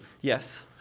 Yes